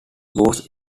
was